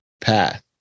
path